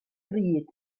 pryd